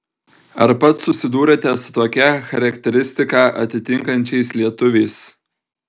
ar pats susidūrėte su tokią charakteristiką atitinkančiais lietuviais